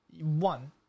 One